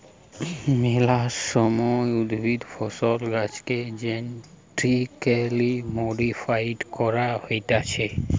মেলা সময় উদ্ভিদ, ফসল, গাছেকে জেনেটিক্যালি মডিফাইড করা হতিছে